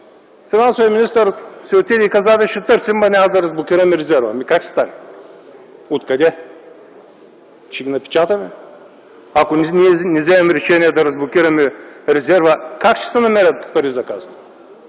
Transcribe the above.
Финансовият министър каза – ще търсим, но няма да разблокираме резерва. Как ще стане? Откъде? Ще ги напечатаме ли? Ако не вземем решение да разблокираме резерва, как ще се намерят пари за Касата?